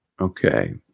Okay